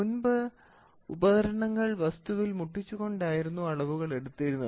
മുൻപ് ഉപകരണങ്ങൾ വസ്തുവിൽ മുട്ടിച്ചു കൊണ്ടായിരുന്നു അളവുകൾ എടുത്തിരുന്നത്